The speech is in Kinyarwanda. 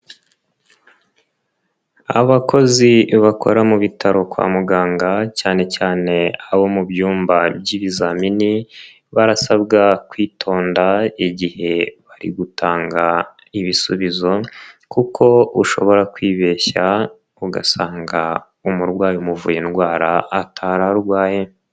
Abakozi bakora mu bitaro kwa muganga cyane cyane abo mu byumba by'ibizamini, barasabwa kwitonda igihe bari gutanga ibisubizo kuko ushobora kwibeshya ugasanga umurwayi umuvuye indwara atari arwaye.